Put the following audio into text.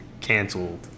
Canceled